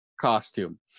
costume